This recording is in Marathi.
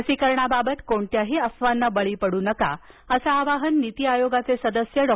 लसीकरणाबाबत कोणत्याही अफवांना बळी पडू नका असं आवाहन नीती आयोगाधे सदस्य् डॉ